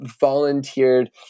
volunteered